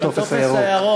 בטופס הירוק.